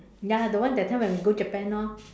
ya lah the one that time when we go Japan orh